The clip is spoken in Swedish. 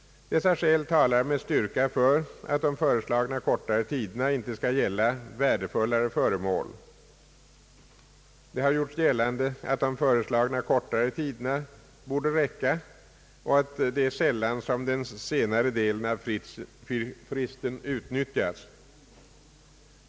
Dessa skäl talar med styrka för att de föreslagna kortare tiderna inte skall gälla värdefullare föremål. Det har gjorts gällande att de föreslagna kortare tiderna borde räcka och att det är sällan som den senare delen av fristen utnyttjas.